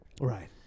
Right